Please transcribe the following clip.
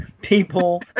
people